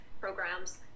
programs